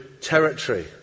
territory